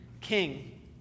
king